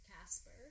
Casper